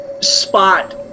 spot